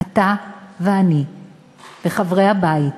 אתה ואני וחברי הבית,